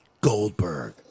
Goldberg